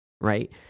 right